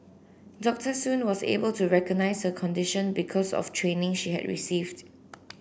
Doctor Soon was able to recognise her condition because of training she had received